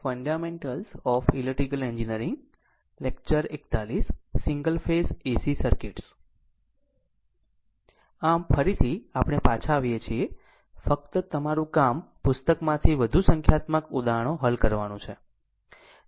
આમ ફરીથી આપણે પાછા આવ્યા છીએ ફક્ત તમારું કામ પુસ્તકમાંથી વધુ સંખ્યાત્મક ઉદાહરણો હલ કરવાનું છે